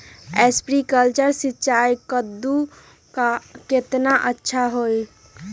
Sprinkler सिंचाई कददु ला केतना अच्छा होई?